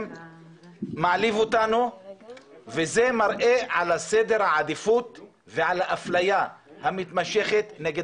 מעליב אותנו וזה ראה על סדר העדיפות ועל האפליה המתמשכת נגד